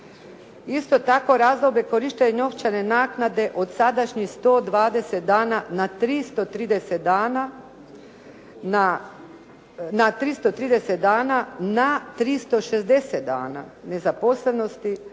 Isto tako, razdoblje korištenja novčane naknade od sadašnjih 120 dana na 330 dana, na 360 dana nezaposlenosti